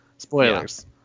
spoilers